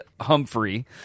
Humphrey